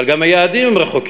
אבל גם היעדים הם רחוקים.